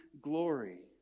glory